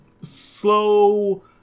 slow